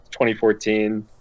2014